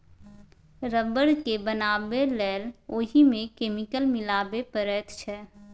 rubber केँ बनाबै लेल ओहि मे केमिकल मिलाबे परैत छै